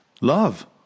Love